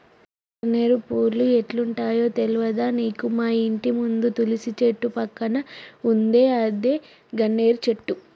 ఎర్ర గన్నేరు పూలు ఎట్లుంటయో తెల్వదా నీకు మాఇంటి ముందు తులసి చెట్టు పక్కన ఉందే అదే గన్నేరు చెట్టు